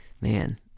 Man